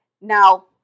Now